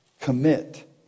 commit